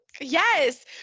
yes